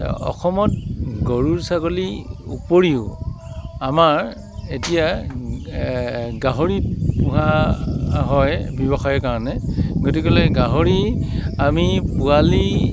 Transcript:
অসমত গৰু ছাগলী উপৰিও আমাৰ এতিয়া গাহৰি পোহা হয় ব্যৱসায় কাৰণে গতিকেলৈ গাহৰি আমি পোৱালি